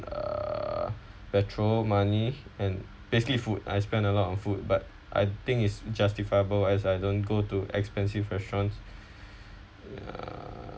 uh petrol money and basically food I spend a lot of food but I think it's justifiable as I don't go to expensive restaurants ya